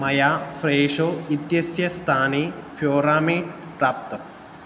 मया फ़्रेशो इत्यस्य स्थाने फ़्योरामेट् प्राप्तम्